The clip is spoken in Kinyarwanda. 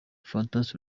fantastic